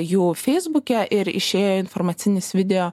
jų feisbuke ir išėjo informacinis video